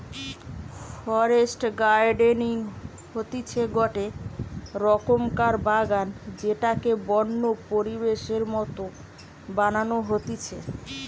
forest gardening হতিছে গটে রকমকার বাগান যেটাকে বন্য পরিবেশের মত বানানো হতিছে